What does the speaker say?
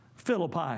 Philippi